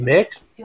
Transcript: Mixed